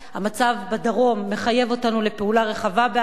המצב בדרום מחייב אותנו לפעולה רחבה בעזה,